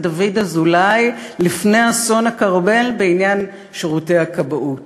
דוד אזולאי לפני אסון הכרמל בעניין שירותי הכבאות.